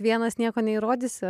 vienas nieko neįrodysi